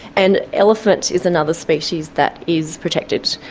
and elephant is another species that is protected,